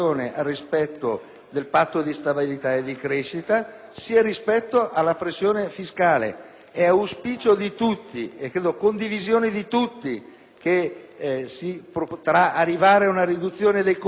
È auspicio di tutti e credo sia da tutti condiviso che si potrà arrivare ad una riduzione dei costi e quindi ad una riduzione della pressione fiscale e mi auguro anche ad un miglioramento dei servizi. Ritengo che